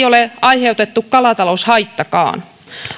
ole aiheutetun kalataloushaitankaan kustannukset